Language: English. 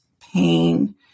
pain